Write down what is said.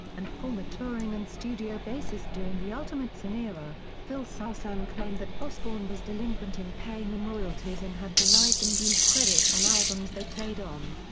and former touring and studio bassist during the ultimate sin era, phil soussan claimed that osbourne was delinquent in paying them royalties and had denied them due credit on albums they played on.